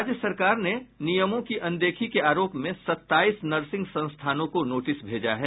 राज्य सरकार ने नियमों की अनदेखी के आरोप में सत्ताईस नर्सिंग संस्थानों को नोटिस भेजा है